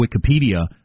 Wikipedia